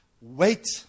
Wait